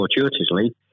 fortuitously